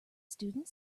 students